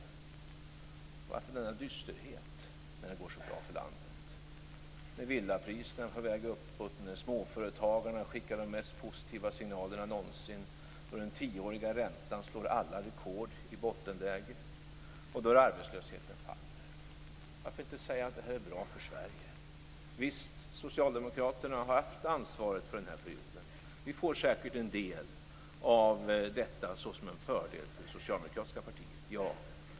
Varför denna dysterhet när det går så bra för landet, när villapriserna är på väg uppåt, när småföretagarna skickar de mest positiva signalerna någonsin, när den tioåriga räntan slår alla rekord i bottenläge och när arbetslösheten faller? Varför inte säga att det här är bra för Sverige? Visst, Socialdemokraterna har haft ansvaret för den här perioden. Vi får säkert en del av detta som en fördel för det socialdemokratiska partiet.